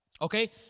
Okay